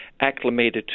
acclimated